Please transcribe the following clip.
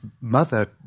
mother